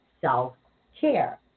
self-care